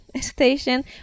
Station